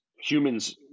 humans